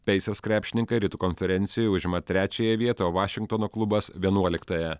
peisers krepšininkai rytų konferencijoje užima trečiąją vietą o vašingtono klubas vienuoliktąją